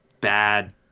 bad